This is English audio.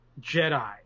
Jedi